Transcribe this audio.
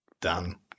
Done